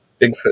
Bigfoot